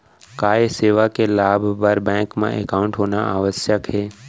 का ये सेवा के लाभ बर बैंक मा एकाउंट होना आवश्यक हे